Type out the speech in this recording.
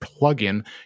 plugin